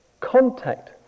contact